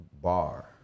bar